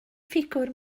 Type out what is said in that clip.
ffigwr